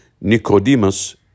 Nicodemus